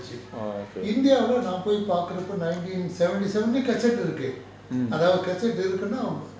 india leh நா போய் பாக்குறப்ப:naa poi paakkurappa nineteen seventy seven cassette இருக்கு அதாவது:iruku athavathu cassette இருக்குன்னா:irukunna